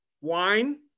wine